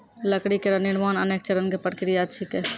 लकड़ी केरो निर्माण अनेक चरण क प्रक्रिया छिकै